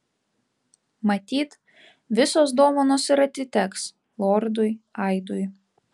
matyt visos dovanos ir atiteks lordui aidui